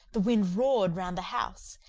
the wind roared round the house,